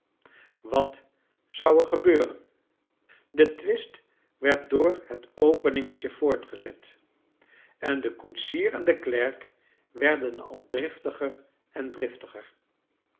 wat zou er gebeuren de twist werd door het openingetje voortgezet en de koetsier en de klerk werden al driftiger en driftiger